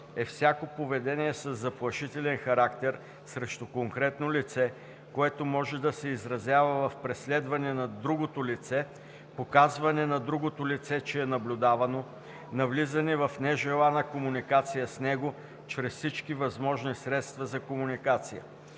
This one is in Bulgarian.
е всяко поведение със заплашителен характер срещу конкретно лице, което може да се изразява в преследване на другото лице, показване на другото лице, че е наблюдавано, навлизане в нежелана комуникация с него чрез всички възможни средства за комуникация.